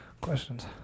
Questions